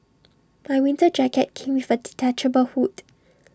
my winter jacket came with A detachable hood